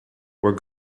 where